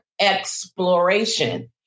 exploration